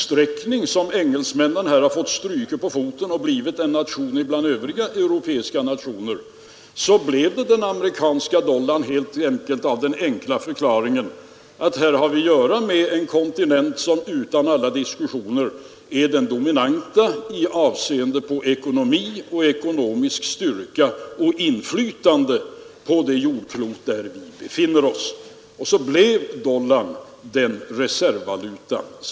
Sedan England fått stryka på foten och blivit en nation bland övriga europeiska nationer, fick den amerikanska dollarn överta dess roll helt enkelt därför att det här rör sig om en kontinent, som utan alla diskussioner är den dominerande i avseende på ekonomisk styrka och inflytande på det jordklot där vi befinner oss. Dollarn blev alltså vår reservvaluta.